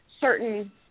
certain –